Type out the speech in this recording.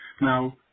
Now